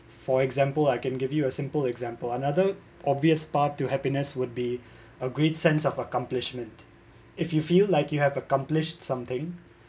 for example I can give you a simple example another obvious path to happiness would be a great sense of accomplishment if you feel like you have accomplished something